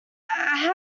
how